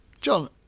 John